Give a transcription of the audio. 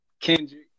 Kendrick